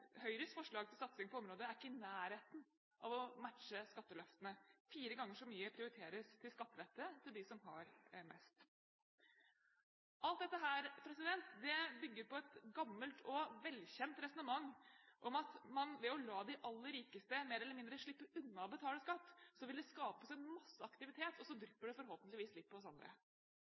Høyres forslag til satsing på området er ikke i nærheten av å matche skatteløftene. Fire ganger så mye prioriteres til skattelette til dem som har mest. Alt dette bygger på et gammelt og velkjent resonnement om at man ved å la de aller rikeste mer eller mindre slippe unna det å betale skatt, vil det skapes masse aktivitet, og så drypper det forhåpentligvis litt på oss andre.